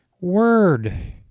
word